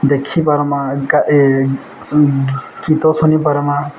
ଦେଖିପାରମା ଗୀତ ଶୁଣିପାର୍ମା